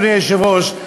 אדוני היושב-ראש,